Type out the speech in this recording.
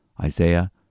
Isaiah